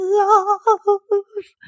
love